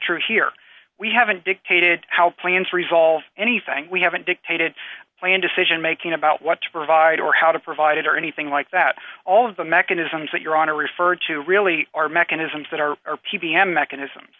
true here we haven't dictated how plans resolved anything we haven't dictated plan decision making about what to provide or how to provide it or anything like that all of the mechanisms that your honor referred to really are mechanisms that are p b m mechanisms